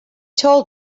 told